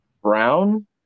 brown